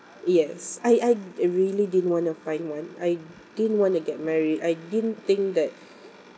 yes I I really didn't wanna find one I didn't want to get married I didn't think that